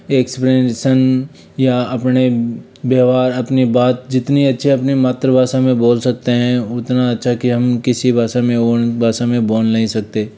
expression या अपणे व्यवहार अपनी बात जितनी अच्छी अपनी मातृभाषा में बोल सकते हैं उतना अच्छा कि हम किसी भाषा में और भाषा में बोल नहीं सकते